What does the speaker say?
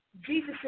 Jesus